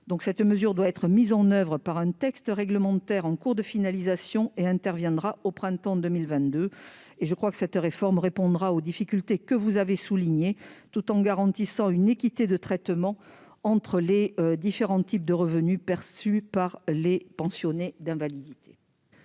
Elle doit être mise en oeuvre par un texte réglementaire en cours de finalisation et interviendra au printemps 2022. Je crois, madame la sénatrice, qu'une telle réforme répondra aux difficultés que vous avez soulignées tout en garantissant une équité de traitement entre les différents types de revenus perçus par les pensionnés d'invalidité.